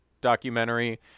documentary